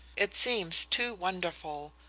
it seems too wonderful.